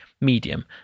medium